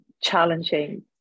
challenging